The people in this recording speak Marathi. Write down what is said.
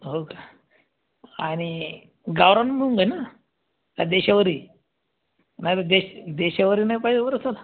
हो का आणि गावरान मुंग आहे ना का देशावरी नाही तर देश देशावरी नाही पाहिजे बरं सर